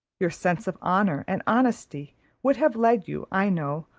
your sense of honour and honesty would have led you, i know,